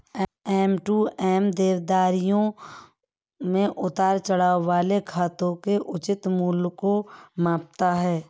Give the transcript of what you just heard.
M to M देनदारियों में उतार चढ़ाव वाले खातों के उचित मूल्य को मापता है